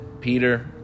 peter